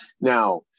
Now